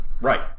Right